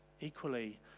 equally